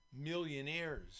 millionaires